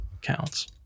Counts